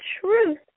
truth